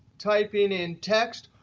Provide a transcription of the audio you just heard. typing in text,